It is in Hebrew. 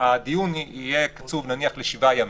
הדיון יהיה קצוב לשבעה ימים,